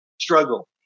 struggle